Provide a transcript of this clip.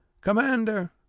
commander